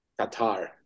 Qatar